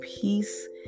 peace